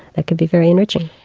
that could be very enriching.